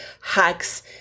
hacks